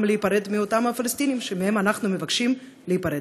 להיפרד מאותם פלסטינים שמהם אנחנו מבקשים להיפרד?